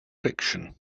fiction